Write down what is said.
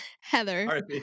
Heather